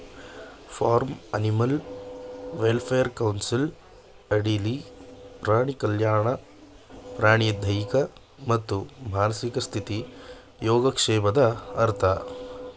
form animal welfare council ಅಡಿಲಿ ಪ್ರಾಣಿ ಕಲ್ಯಾಣ ಪ್ರಾಣಿಯ ದೈಹಿಕ ಮತ್ತು ಮಾನಸಿಕ ಸ್ಥಿತಿ ಯೋಗಕ್ಷೇಮದ ಅರ್ಥ